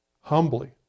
humbly